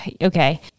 okay